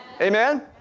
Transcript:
Amen